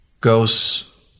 goes